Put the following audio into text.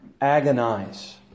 agonize